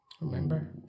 remember